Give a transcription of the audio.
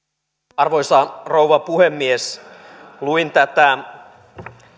arvoisa rouva puhemies luin tätä